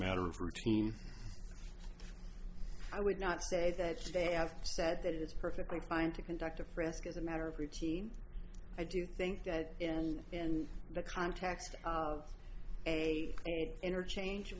matter of routine i would not say that they have said that it's perfectly fine to conduct a frisk as a matter of routine i do think that in and the context of a interchange